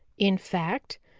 in fact,